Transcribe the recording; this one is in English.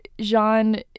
Jean